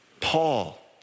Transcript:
Paul